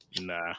Nah